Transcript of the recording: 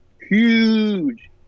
huge